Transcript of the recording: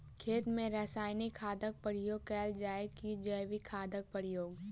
खेत मे रासायनिक खादक प्रयोग कैल जाय की जैविक खादक प्रयोग?